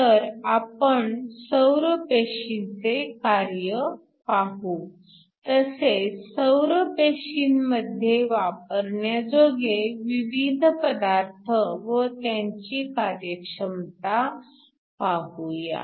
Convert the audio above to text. तर आपण सौर पेशीचे कार्य पाहू तसेच सौर पेशीमध्ये वापरण्याजोगे विविध पदार्थ व त्यांची कार्यक्षमता पाहूया